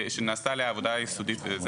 שנעשתה עליה עבודה יסודית וכו'.